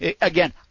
again